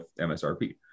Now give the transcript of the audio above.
MSRP